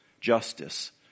Justice